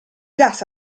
gas